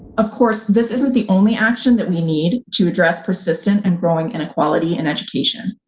of course, this isn't the only action that we need to address persistent and growing inequality in education.